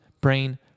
brain